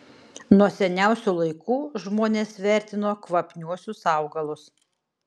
nuo seniausių laikų žmonės vertino kvapniuosius augalus